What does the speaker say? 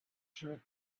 shirt